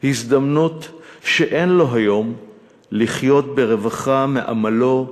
הזדמנות שאין לו היום לחיות ברווחה מעמלו,